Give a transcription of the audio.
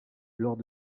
lors